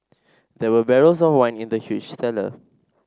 there were barrels of wine in the huge cellar